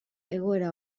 egoera